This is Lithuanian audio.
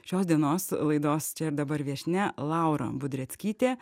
šios dienos laidos čia ir dabar viešnia laura budreckytė